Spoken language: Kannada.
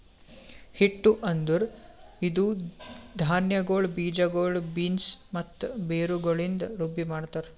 ಹಿಟ್ಟು ಅಂದುರ್ ಇದು ಧಾನ್ಯಗೊಳ್, ಬೀಜಗೊಳ್, ಬೀನ್ಸ್ ಮತ್ತ ಬೇರುಗೊಳಿಂದ್ ರುಬ್ಬಿ ಮಾಡ್ತಾರ್